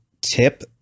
tip